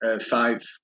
five